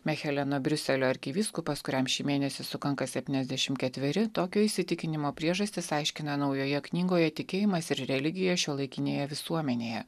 mecheleno briuselio arkivyskupas kuriam šį mėnesį sukanka šeptyniasdešimt ketveri tokio įsitikinimo priežastis aiškina naujoje knygoje tikėjimas ir religija šiuolaikinėje visuomenėje